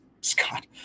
Scott